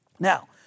Now